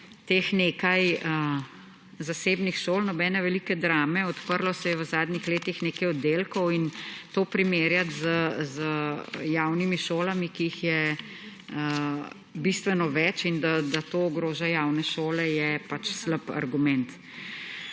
te nekaj zasebnih šol, nobene velike drame, odprlo se je v zadnjih letih nekaj oddelkov. In to primerjati z javnimi šolami, ki jih je bistveno več, in da to ogroža javne šole, je pač slab argument.